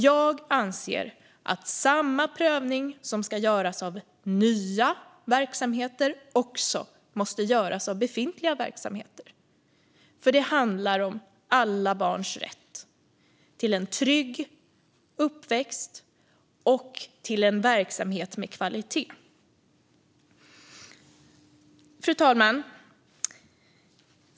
Jag anser att den prövning som ska göras av nya verksamheter måste göras också av befintliga verksamheter. Det handlar om alla barns rätt till en trygg uppväxt och till en verksamhet med kvalitet. Fru talman!